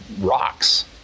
rocks